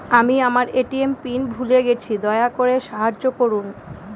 আমি আমার ATM PIN ভুলে গেছি, দয়া করে সাহায্য করুন